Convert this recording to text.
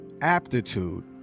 aptitude